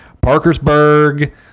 Parkersburg